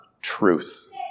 truth